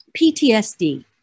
PTSD